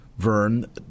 Vern